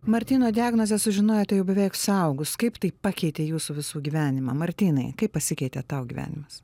martyno diagnozę sužinojote jau beveik suaugus kaip tai pakeitė jūsų visų gyvenimą martynai kaip pasikeitė tau gyvenimas